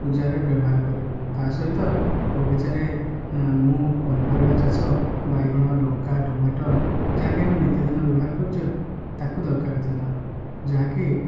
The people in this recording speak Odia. ପୂଜାରେ ବ୍ୟବହାର କରିବି ତା ସହିତ ବଗିଚାରେ ମୁଁ ପନିପରିବା ଚାଷ ବାଇଗଣ ଲଙ୍କା ଟମାଟ ଯାହାକି ଆମେ ନିତିଦିନ ବ୍ୟବହାର କରୁଛୁ ତାକୁ ଦରକାର ଥିଲା ଯାହାକି